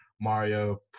Mario